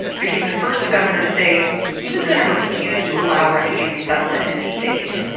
became the first governor to say he was going to refuse to allow refugee resettlement in his state.